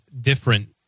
different